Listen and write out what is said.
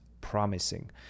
promising